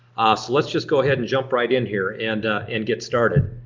let's just go ahead and jump right in here and and get started.